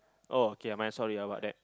oh okay my sorry about that